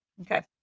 Okay